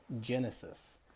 Genesis